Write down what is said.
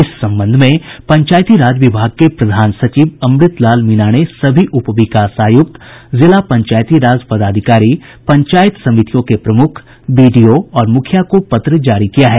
इस संबंध में पंचायती राज विभाग के प्रधान सचिव अमृत लाल मीणा ने सभी उपविकास आयुक्त जिला पंचायती राज पदाधिकारी पंचायत समितियों के प्रमुख बीडीओ और मुखिया को पत्र जारी किया है